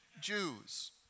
Jews